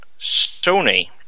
Sony